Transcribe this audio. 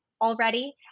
already